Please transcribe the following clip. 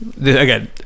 Again